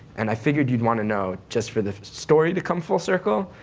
and i figured you'd want to know just for the story to come full circle,